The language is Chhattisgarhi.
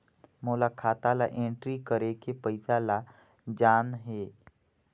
मोला खाता ला एंट्री करेके पइसा ला जान हे?